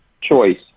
choice